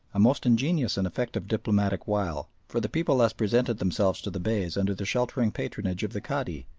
a most ingenious and effective diplomatic wile, for the people thus presented themselves to the beys under the sheltering patronage of the cadi,